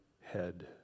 head